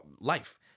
life